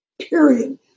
period